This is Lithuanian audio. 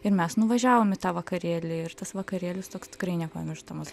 ir mes nuvažiavom į tą vakarėlį ir tas vakarėlis toks tikrai nepamirštamas